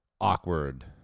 awkward